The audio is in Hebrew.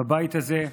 בבית הזה.